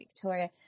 Victoria